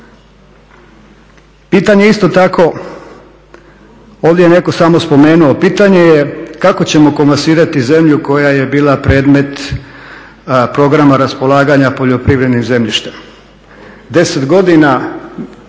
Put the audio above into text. Pitanje isto tako, ovdje je netko samo spomenuo, pitanje je kako ćemo komasirati zemlju koja je bila predmet programa raspolaganje poljoprivrednim zemljištem? 10 godina